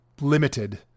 limited